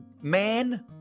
man